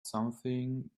something